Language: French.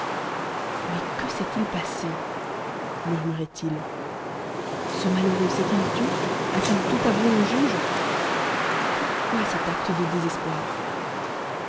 mais que s'est-il passé murmurait-il ce malheureux s'est-il tû a-t-il tout avoué au juge pourquoi cet acte de désespoir